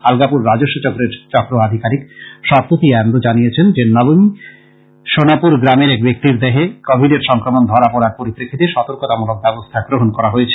আলগাপুর রাজস্ব চক্রের চক্র আধিকারীক সপ্তোতী এন্দো জানিয়েছেন যে নবীন সোনাপুর গ্রামের এক ব্যাক্তির দেহে কোবিডের সংক্রমন ধরা পড়ার পরিপ্রেক্ষিতে সর্তকতামূলক ব্যবস্থা গ্রহন করা হয়েছে